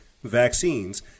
vaccines